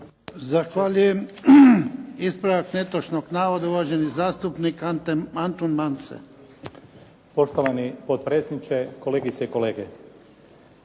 Zahvaljujem. Ispravak netočnog navoda, uvaženi zastupnik Antun Mance. **Mance, Anton (HDZ)** Poštovani potpredsjedniče, kolegice i kolege.